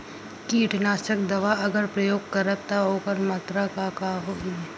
कीटनाशक दवा अगर प्रयोग करब त ओकर मात्रा का होई?